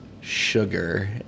sugar